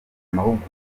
mahugurwa